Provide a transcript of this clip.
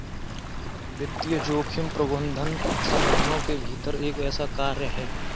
वित्तीय जोखिम प्रबंधन संगठनों के भीतर एक ऐसा कार्य है